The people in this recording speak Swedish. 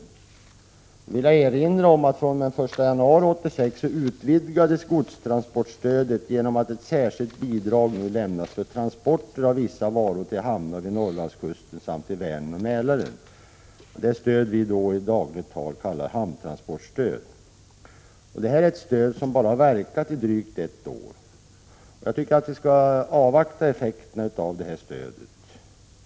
Jag vill erinra om att fr.o.m. den 1 januari 1986 utvidgades godstransportstödet genom att ett särskilt bidrag nu lämnas för transporter av vissa varor till hamnar vid Norrlandskusten samt till Vänern och Mälaren. Det stödet kallar vi i dagligt tal hamntransportstödet. Det stödet har verkat endast i drygt ett år, och jag tycker att vi skall avvakta effekterna av det.